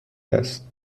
است